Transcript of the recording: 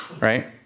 Right